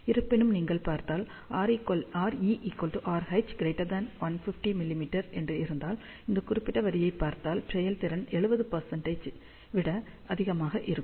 இருப்பினும் நீங்கள் பார்த்தால் RE RH 150 மிமீ என்று இருந்தால் இந்த குறிப்பிட்ட வரியைப் பார்த்தால் செயல்திறன் 70 ஐ விட அதிகமாக உள்ளது